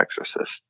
exorcist